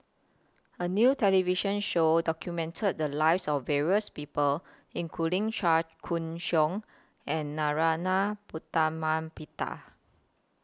A New television Show documented The Lives of various People including Chua Koon Siong and Narana Putumaippittan